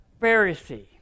Pharisee